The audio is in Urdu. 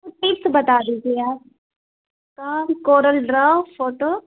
کچھ ٹپس بتا دیجیے آپ کام کورل ڈرا فوٹو